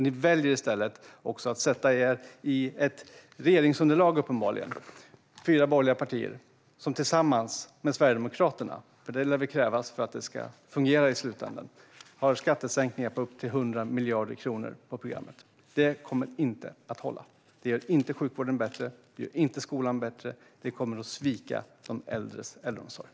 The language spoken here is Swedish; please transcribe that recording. Ni väljer i stället uppenbarligen ett regeringsunderlag bestående av fyra borgerliga partier som tillsammans med Sverigedemokraterna - det lär väl krävas för att det ska fungera i slutänden - har skattesänkningar på uppemot 100 miljarder kronor på programmet. Det kommer inte att hålla. Det gör inte sjukvården bättre. Det gör inte skolan bättre. Det kommer att innebära att man sviker de äldre i äldreomsorgen.